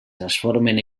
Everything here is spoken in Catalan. transformen